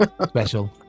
special